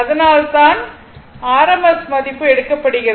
அதனால்தான் rms மதிப்பு எடுக்கப்படுகிறது